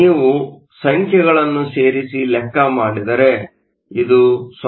ನೀವು ಸಂಖ್ಯೆಗಳನ್ನು ಸೇರಿಸಿ ಲೆಕ್ಕ ಮಾಡಿದರೆ ಇದು 0